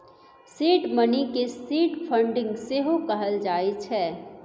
seed money केँ seed funding सेहो कहल जाइ छै